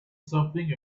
something